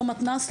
לא מתנ"ס,